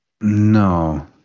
No